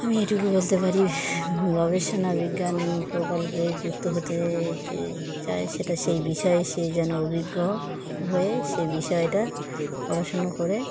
আমি এটুকু বলতে পারি গবেষণা বিজ্ঞান প্রকল্পে যুক্ত হতে যে চায় সেটা সেই বিষয়ে সে যেন অভিজ্ঞ হয়ে সেই বিষয়টা পড়াশুনো করে